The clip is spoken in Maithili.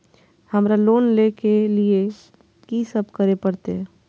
हमरा लोन ले के लिए की सब करे परते?